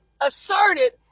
asserted